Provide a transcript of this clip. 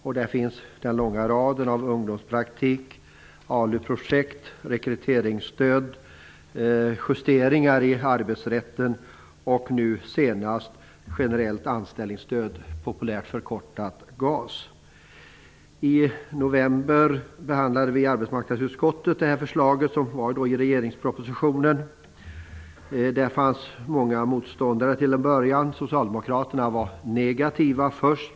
Det gäller då en lång rad åtgärder -- ungdomspraktik, ALU-projekt, rekryteringsstöd och justeringar i arbetsrätten. Nu senast handlar det om det generella anställningsstödet, GAS. I november behandlade vi i arbetsmarknadsutskottet föreliggande förslag i regeringspropositionen. Till en början fanns det många motståndare. Först var socialdemokraterna negativa.